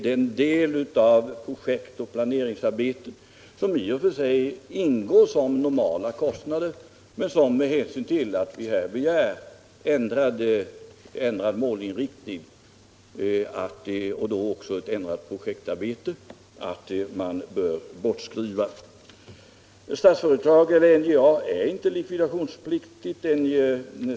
Denna del av projektoch planeringsarbetet representerar alltså en i och för sig normal kostnad, som dock med hänsyn till att vi begär ändrad målinriktning och då också en omläggning av projektarbetet bör bortskrivas. NJA är inte likvidationspliktigt.